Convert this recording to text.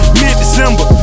mid-December